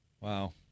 Wow